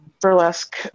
burlesque